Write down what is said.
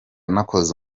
nakoze